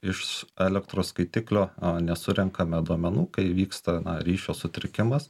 iš elektros skaitiklio nesurenkame duomenų kai vyksta na ryšio sutrikimas